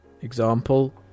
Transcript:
Example